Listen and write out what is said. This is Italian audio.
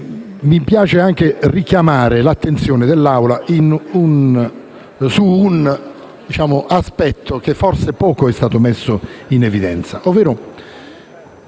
Mi preme anche richiamare l'attenzione dell'Assemblea su un aspetto che forse poco è stato messo in evidenza,